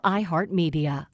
iHeartMedia